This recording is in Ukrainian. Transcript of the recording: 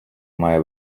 має